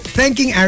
thanking